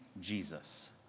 Jesus